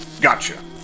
Gotcha